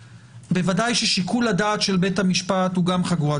ודאי ששיקול הדעת של בית המשפט הוא גם חגורת